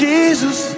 Jesus